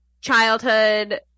childhood